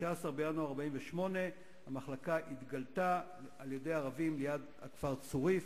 16 בינואר 1948. המחלקה התגלתה על-ידי ערבים ליד הכפר צוריף,